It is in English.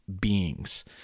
beings